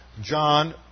John